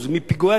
ב-25% מפיגועי,